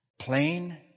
Plain